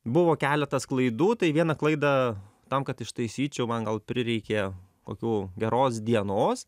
buvo keletas klaidų tai vieną klaidą tam kad ištaisyčiau man gal prireikė kokių geros dienos